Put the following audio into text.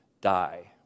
die